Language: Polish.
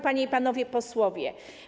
Panie i Panowie Posłowie!